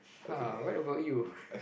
!huh! what about you